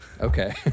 Okay